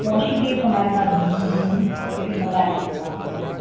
موشی tape ہمارے پاس نہیں ہوں گی ابھی لیکن منگا لیں گے ہم آپ کی ڈمانڈ پہ